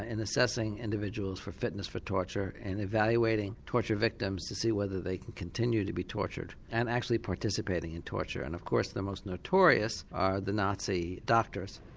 and assessing individuals for fitness for torture and evaluating torture victims to see whether they can continue to be tortured and actually participating in torture. and of course the most notorious are the nazi doctors.